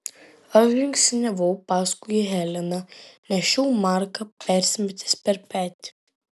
aš žingsniavau paskui heleną nešiau marką persimetęs per petį